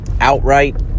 outright